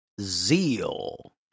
Zeal